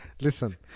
listen